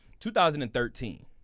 2013